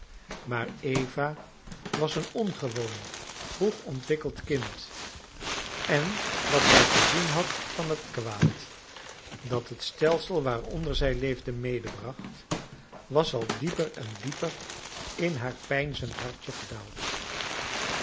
maar eva was een ongewoon vroeg ontwikkeld kind en wat zij gezien had van het kwaad dat het stelsel waaronder zij leefde medebracht was al dieper en dieper in haar peinzend